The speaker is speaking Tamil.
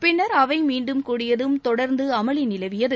பின்னர் அவை மீண்டும் கூடியதும் தொடர்ந்து அமளி நிலவியது